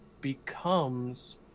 becomes